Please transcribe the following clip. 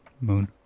Moon